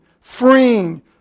freeing